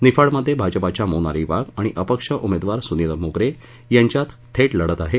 निफाडमध्ये भाजपाच्या मोनाली वाघ आणि अपक्ष उमेदवार सुनीत मोगरे यांच्यात थेट लढत आहे